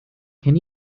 can